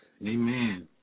Amen